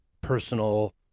personal